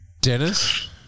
Dennis